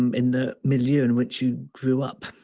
um in the middle year, in which you grew up,